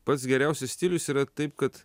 pats geriausias stilius yra taip kad